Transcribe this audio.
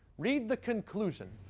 read the conclusion.